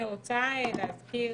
אני רוצה להזכיר